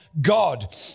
God